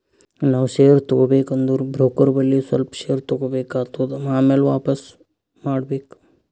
ನಾವ್ ಶೇರ್ ತಗೋಬೇಕ ಅಂದುರ್ ಬ್ರೋಕರ್ ಬಲ್ಲಿ ಸ್ವಲ್ಪ ಶೇರ್ ತಗೋಬೇಕ್ ಆತ್ತುದ್ ಆಮ್ಯಾಲ ವಾಪಿಸ್ ಮಾಡ್ಬೇಕ್